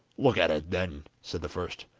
look at it, then said the first.